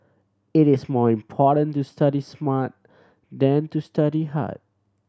it is more important to study smart than to study hard